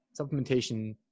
supplementation